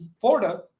Florida